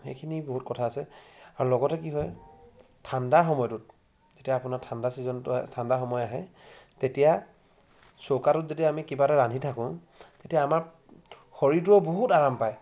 সেইখিনি বহুত কথা আছে আৰু লগতে কি হয় ঠাণ্ডা সময়টোত যেতিয়া আপোনাৰ ঠাণ্ডা চিজনটো ঠাণ্ডা সময় আহে তেতিয়া চৌকাটোত যদি আমি কিবা এটা ৰান্ধি থাকোঁ তেতিয়া আমাৰ শৰীৰটোৱেও বহুত আৰাম পায়